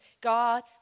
God